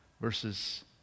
Verses